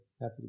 Happy